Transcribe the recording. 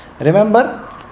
Remember